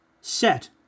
Set